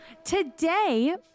Today